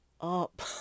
up